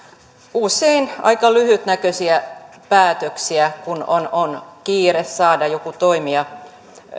usein aika lyhytnäköisiä päätöksiä kun on on kiire saada joku toimija